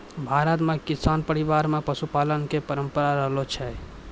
भारत मॅ किसान परिवार मॅ पशुपालन के परंपरा रहलो छै